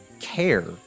care